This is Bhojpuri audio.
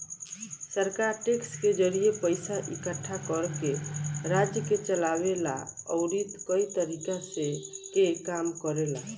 सरकार टैक्स के जरिए पइसा इकट्ठा करके राज्य के चलावे ला अउरी कई तरीका के काम करेला